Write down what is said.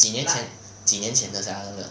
几年前几年前的他这个